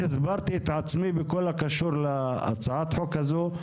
הסברתי את עצמי בכל הקשור להצעת החוק הזאת.